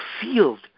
field